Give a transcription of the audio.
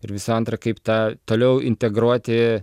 ir visų antra kaip tą toliau integruoti